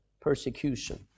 persecution